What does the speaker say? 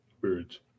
Birds